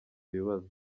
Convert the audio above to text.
ibibazo